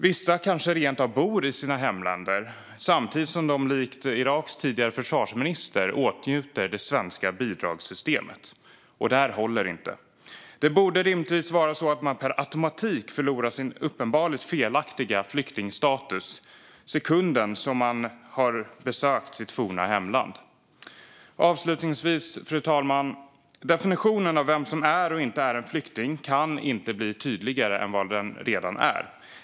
Vissa kanske rent av bor i sitt hemland samtidigt som de, likt Iraks tidigare försvarsminister, får del av det svenska bidragssystemet. Det här håller inte. Det borde rimligtvis vara så att man per automatik förlorar sin uppenbart felaktiga flyktingstatus samma sekund som man besöker sitt forna hemland. Avslutningsvis, fru talman, vill jag säga att definitionen av vem som är och inte är en flykting inte kan bli tydligare än vad den redan är.